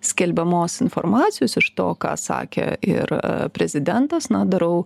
skelbiamos informacijos iš to ką sakė ir prezidentas na darau